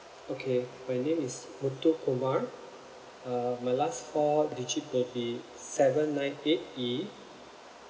okay my name is muthu kumar uh my last four digit will be seven nine eight E